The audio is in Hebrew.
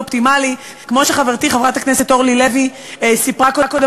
כמו שחברתי חברת הכנסת אורלי לוי סיפרה קודם,